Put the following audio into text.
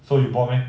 so you bought meh